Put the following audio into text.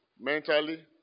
mentally